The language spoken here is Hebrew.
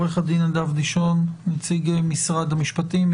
עו"ד נדב דישון נציג משרד המשפטים,